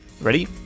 Ready